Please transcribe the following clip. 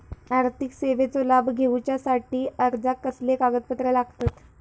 आर्थिक सेवेचो लाभ घेवच्यासाठी अर्जाक कसले कागदपत्र लागतत?